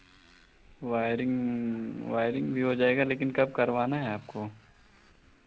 wiring wiring भी हो जाएगा लेकिन कब करवाना है आपको